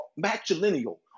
matrilineal